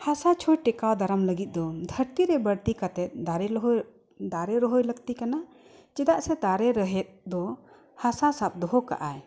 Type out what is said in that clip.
ᱦᱟᱥᱟ ᱪᱷᱳ ᱴᱮᱠᱟᱣ ᱫᱟᱨᱟᱢ ᱞᱟᱹᱜᱤᱫ ᱫᱚ ᱫᱷᱟᱹᱨᱛᱤ ᱨᱮ ᱵᱟᱹᱲᱛᱤ ᱠᱟᱛᱮᱫ ᱫᱟᱨᱮ ᱨᱚᱦᱚᱭ ᱫᱟᱨᱮ ᱨᱚᱦᱚᱭ ᱞᱟᱹᱠᱛᱤ ᱠᱟᱱᱟ ᱪᱮᱫᱟᱜ ᱥᱮ ᱫᱟᱨᱮ ᱨᱮᱦᱮᱫ ᱫᱚ ᱦᱟᱥᱟ ᱥᱟᱵ ᱫᱚᱦᱚ ᱠᱟᱜᱼᱟᱭ